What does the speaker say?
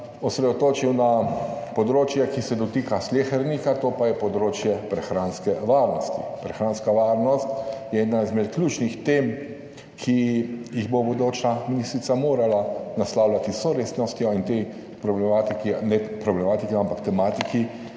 osredotočil na področje, ki se dotika slehernika, to pa je področje prehranske varnosti. Prehranska varnost je ena izmed ključnih tem, ki jih bo bodoča ministrica morala naslavljati z vso resnostjo in tej problematiki, ne problematiki, ampak tematiki